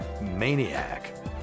Maniac